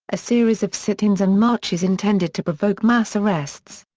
a series of sit-ins and marches intended to provoke mass arrests.